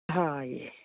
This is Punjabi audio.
ਹਾਂ ਜੀ